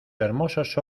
hermosos